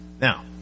Now